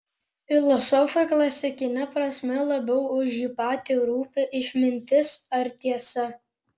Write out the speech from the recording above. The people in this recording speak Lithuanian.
filosofui klasikine prasme labiau už jį patį rūpi išmintis ar tiesa